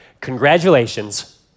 Congratulations